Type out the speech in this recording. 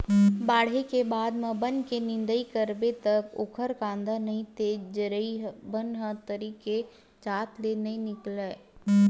बाड़हे के बाद म बन के निंदई करबे त ओखर कांदा नइ ते जरई ह बने तरी के जात ले नइ निकलय